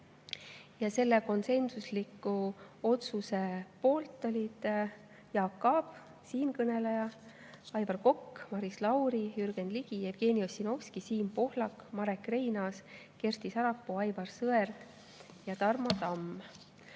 Selle konsensusliku otsuse poolt olid Jaak Aab, siinkõneleja, Aivar Kokk, Maris Lauri, Jürgen Ligi, Jevgeni Ossinovski, Siim Pohlak, Marek Reinaas, Kersti Sarapuu, Aivar Sõerd ja Tarmo Tamm.